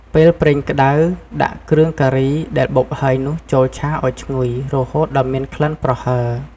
ពេលប្រេងក្ដៅ ដាក់គ្រឿងការីដែលបុកហើយនោះចូលឆាឱ្យឈ្ងុយ រហូតដល់មានក្លិនប្រហើរ។